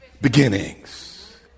beginnings